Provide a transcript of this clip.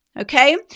okay